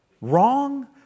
wrong